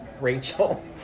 Rachel